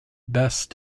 best